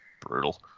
Brutal